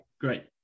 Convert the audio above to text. great